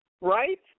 right